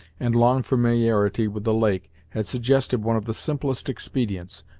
and long familiarity with the lake had suggested one of the simplest expedients,